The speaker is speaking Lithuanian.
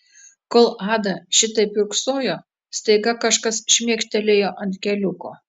kol ada šitaip kiurksojo staiga kažkas šmėkštelėjo ant keliuko